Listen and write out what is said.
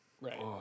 right